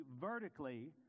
vertically